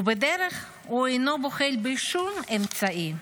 ובדרך הוא אינו בוחל בשום אמצעי.